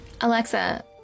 alexa